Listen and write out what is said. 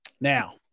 Now